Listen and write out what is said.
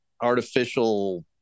artificial